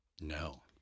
No